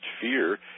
fear